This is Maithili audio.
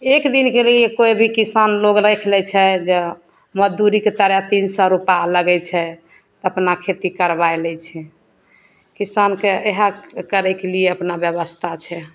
एकदिनके लिए कोइ भी किसान लोक राखि लै छै जे मजदूरी की तरह तीन सओ रुपा लागै छै तऽ अपना खेती करबै लै छै किसानके इएह करैके लिए अपना बेबस्था छै